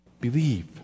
Believe